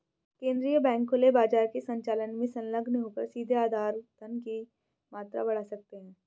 केंद्रीय बैंक खुले बाजार के संचालन में संलग्न होकर सीधे आधार धन की मात्रा बढ़ा सकते हैं